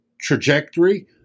trajectory